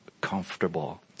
comfortable